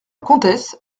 comtesse